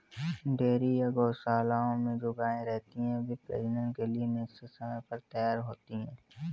dairy या गोशालाओं में जो गायें रहती हैं, वे प्रजनन के लिए निश्चित समय पर तैयार होती हैं